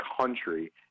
country